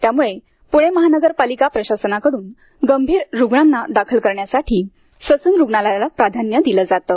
त्यामुळे पुणे महानगरपालिका प्रशासनाकडून गंभीर रूग्णांना दाखल करण्यासाठी ससून रूग्णालयाला प्राधान्य दिले जाते